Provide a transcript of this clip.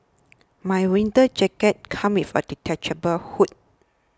my winter jacket came with a detachable hood